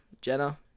Jenna